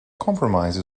compromise